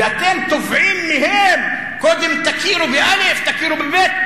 ואתם תובעים מהם: קודם תכירו בא', תכירו בב'.